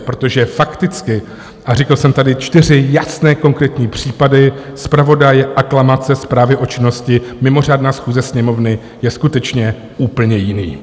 Protože fakticky a řekl jsem tady čtyři jasné, konkrétní případy: zpravodaj, aklamace, zprávy o činnosti, mimořádná schůze Sněmovny je skutečně úplně jiný.